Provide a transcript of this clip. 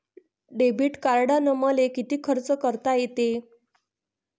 Debit कार्डानं मले किती खर्च करता येते?